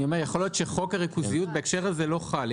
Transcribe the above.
אני אומר שיכול להיות שחוק הריכוזיות בהקשר הזה לא חל,